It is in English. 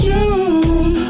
June